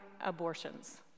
abortions